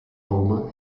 roma